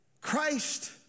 Christ